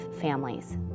families